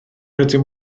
ydym